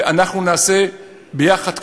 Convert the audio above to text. אנחנו נעשה יחד,